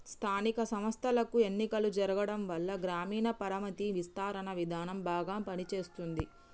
స్థానిక సంస్థలకు ఎన్నికలు జరగటంవల్ల గ్రామీణ పరపతి విస్తరణ విధానం బాగా పని చేస్తుంది